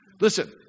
Listen